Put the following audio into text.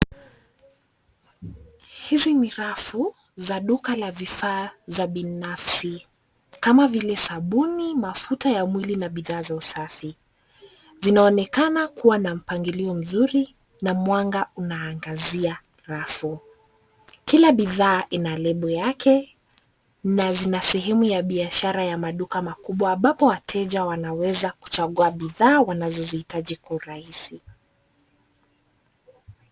Hizi ni rafu za duka la vifaa za binafsi, kama vile sabuni, mafuta ya mwili na bidhaa za usafi. Zinaonekana kuwa na mpangilio mzuri na mwanga unaangazia rafu. Kila bidhaa ina lebo yake na zina sehemu ya biashara ya maduka makubwa ambapo wateja wanaweza kuchagua bidhaa wanazozihitaji kurahisi.